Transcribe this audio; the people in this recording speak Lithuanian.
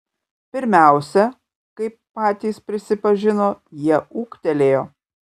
pirmiausia kaip patys prisipažino jie ūgtelėjo